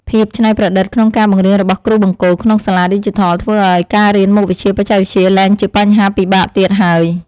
ភាពច្នៃប្រឌិតក្នុងការបង្រៀនរបស់គ្រូបង្គោលក្នុងសាលាឌីជីថលធ្វើឱ្យការរៀនមុខវិជ្ជាបច្ចេកវិទ្យាលែងជាបញ្ហាពិបាកទៀតហើយ។